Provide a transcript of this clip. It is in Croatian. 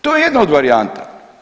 To je jedna od varijanta.